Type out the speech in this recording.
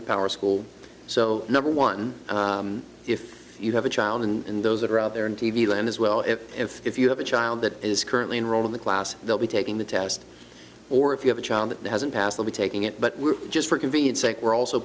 with our school so number one if you have a child and those that are out there in t v land as well if if if you have a child that is currently enrolled in the class they'll be taking the test or if you have a child that hasn't passed over taking it but we're just for convenience sake we're also